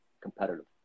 competitive